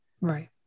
right